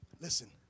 Listen